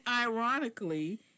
ironically